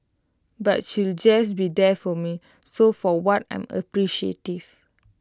but she'll just be there for me so for what I'm appreciative